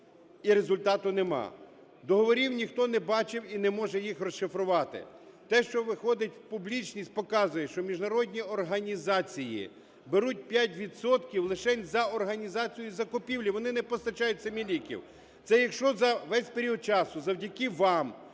і результатів нема. Договорів ніхто не бачив і не може їх розшифрувати. Те, що виходить, публічність показує, що міжнародні організації беруть 5 відсотків лишень за організацію закупівлі, вони не постачають самі ліків. Це якщо за весь період часу завдяки вам